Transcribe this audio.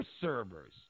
servers